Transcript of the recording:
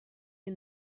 les